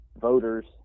voters